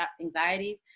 anxieties